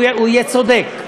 הוא יהיה צודק,